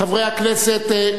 חברי הכנסת,